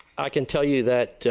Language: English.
i can tell you that